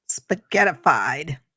Spaghettified